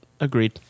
agreed